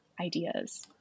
ideas